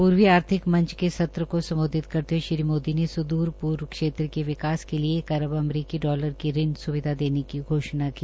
पूर्वी आर्थिक मंच में सत्र को सम्बोधित करते ह्ये श्री मोदी ने सुदूर पूर्व क्षेत्र के विकास के लिए एक अरब अमरीकी डालर ऋण स्विधा देने की घोषणा की